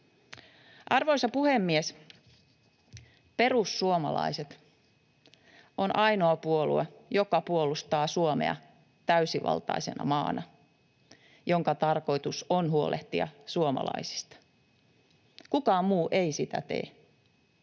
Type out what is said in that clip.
Arvoisa puhemies! Perussuomalaiset on ainoa puolue, joka puolustaa Suomea täysivaltaisena maana, jonka tarkoitus on huolehtia suomalaisista. Kukaan muu ei sitä tee.